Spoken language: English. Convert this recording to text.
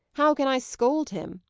how can i scold him?